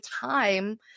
time